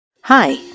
Hi